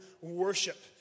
worship